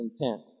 intent